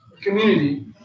community